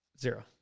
Zero